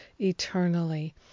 eternally